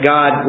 God